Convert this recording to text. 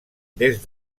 des